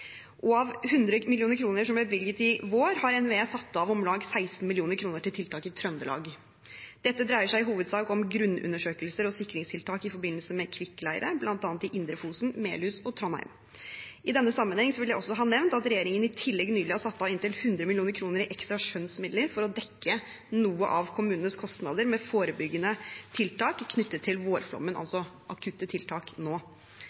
Av 100 mill. kr som ble bevilget i vår, har NVE satt av om lag 16 mill. kr til tiltak i Trøndelag. Dette dreier seg i hovedsak om grunnundersøkelser og sikringstiltak i forbindelse med kvikkleire, bl.a. i Indre Fosen, Melhus og Trondheim. I denne sammenheng vil jeg også ha nevnt at regjeringen i tillegg nylig har satt av inntil 100 mill. kr i ekstra skjønnsmidler for å dekke noe av kommunenes kostnader med forebyggende tiltak knyttet til vårflommen, altså akutte tiltak nå.